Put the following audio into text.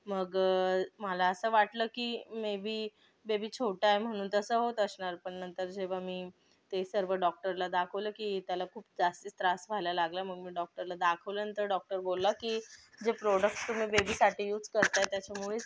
मग मला असं वाटलं की मे बी बेबी छोटा आहे म्हणून तसं होत असणार पण नंतर जेव्हा मी ते सर्व डॉक्टरला दाखवलं की त्याला खूप जास्तीच त्रास व्हायला लागला मग डॉक्टरला दाखवल्यानंतर डॉक्टर बोलला कि जे प्रोडक्ट्स तुम्ही बेबीसाठी युज करताय त्याच्यामुळेच